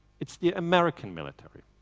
it's the american military.